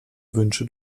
wünsche